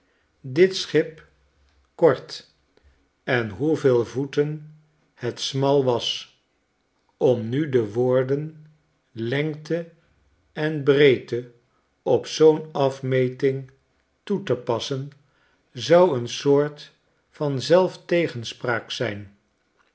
dit schip kort en hoeveel voeten het smal was om nu de woorden lengte en breedte op zoo'n afmeting toe te passen zou een soort van zelftegenspraak zijn